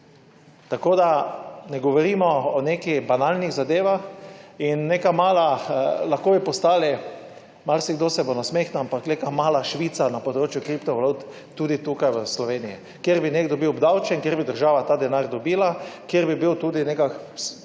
Ne govorimo o nekih banalnih zadevah. Lahko bi postali – marsikdo se bo nasmehnil, ampak – neka mala Švica na področju kriptovalut tudi tukaj v Sloveniji, kjer bi nekdo bil obdavčen, kjer bi država ta denar dobila, kjer bi bil tudi nekako